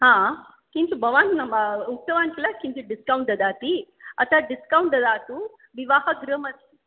किन्तु भवान् उक्तवान् किल किञ्चित् डिस्कौण्ट् ददाति अतः डिस्कौण्ट् ददातु विवाहगृहम् अस्ति